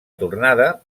tornada